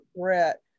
threat